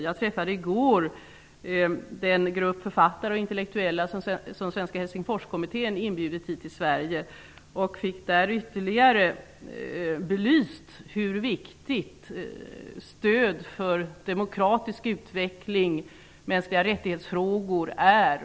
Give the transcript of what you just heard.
I går träffade jag den grupp författare och intellektuella som svenska Helsingforskommittén har inbjudit till Sverige. Jag fick då ytterligare belyst hur viktigt stöd för demokratisk utveckling och frågor gällande mänskliga rättigheter är.